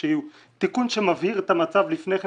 שהוא תיקון שמבהיר את המצב לפני כן,